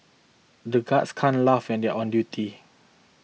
the guards can't laugh when they on duty